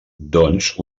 doncs